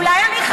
אולי אני חתומה?